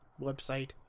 website